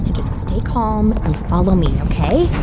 and just stay calm, and follow me, ok?